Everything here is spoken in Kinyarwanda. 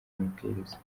mabwiriza